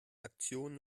aktion